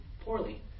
poorly